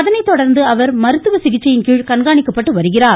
அதனை தொடர்ந்து அவர் மருத்துவ சிகிச்சையின் கீழ் கண்காணிக்கப்பட்டு வருகிறார்